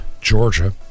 Georgia